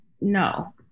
no